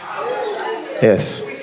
yes